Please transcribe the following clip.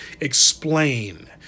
explain